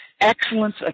Excellence